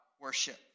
worship